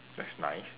that's nice